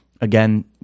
again